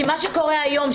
כי מה שקורה היום,